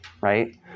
right